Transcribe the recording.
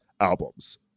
albums